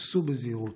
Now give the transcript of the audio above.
סעו בזהירות,